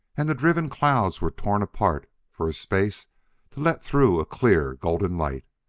and the driven clouds were torn apart for a space to let through a clear golden light.